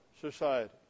society